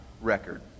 record